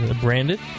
branded